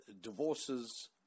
divorces